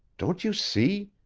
don't you see?